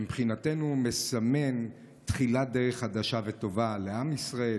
שמבחינתנו מסמן תחילת דרך חדשה וטובה לעם ישראל,